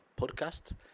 podcast